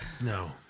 no